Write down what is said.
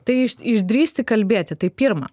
tai iš išdrįsti kalbėti tai pirma